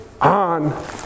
on